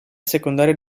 secondaria